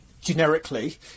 generically